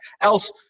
Else